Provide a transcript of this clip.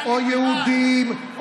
או יהודים,